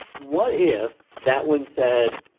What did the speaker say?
what if that one said,